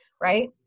right